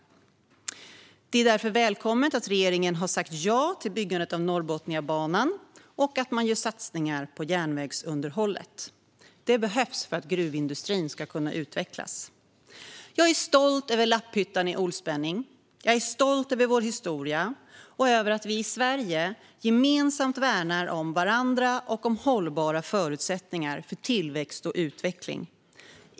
Det är därför välkommet att regeringen har sagt ja till byggandet av Norrbotniabanan och att man gör satsningar på järnvägsunderhållet. Det behövs för att industrin ska kunna utvecklas. Jag är stolt över Lapphyttan i Olsbenning. Jag är stolt över vår historia och över att vi i Sverige gemensamt värnar om varandra och om hållbara förutsättningar för tillväxt och utveckling.